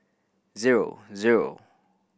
zero zero